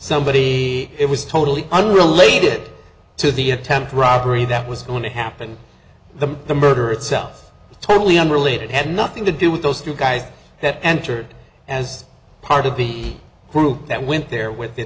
somebody it was totally unrelated to the attempted robbery that was going to happen the murder itself totally unrelated had nothing to do with those three guys that entered as part of the group that went there with the